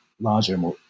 larger